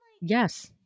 yes